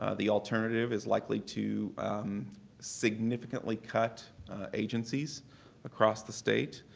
ah the alternative is likely to significantly cut agencies across the state.